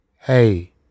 hey